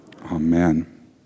Amen